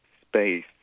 space